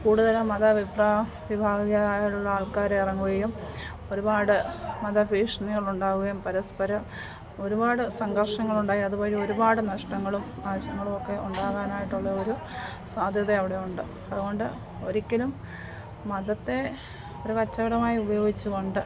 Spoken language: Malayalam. കൂടുതൽ മത വിഭാഗം വിഭാഗിയരായുള്ള ആൾക്കാർ ഇറങ്ങുകയും ഒരുപാട് മത ഭീഷണികൾ ഉണ്ടാവുകയും പരസ്പരം ഒരുപാട് സന്തോഷങ്ങളുണ്ടായി അതുവഴി ഒരുപാട് നഷ്ടങ്ങളും നാശങ്ങളുമൊക്കെ ഉണ്ടാകാനായിട്ടുള്ള ഒരു സാധ്യത അവിടെയുണ്ട് അതുകൊണ്ട് ഒരിക്കലും മതത്തെ ഒരു കച്ചവടമായി ഉപയോഗിച്ച് കൊണ്ട്